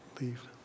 leave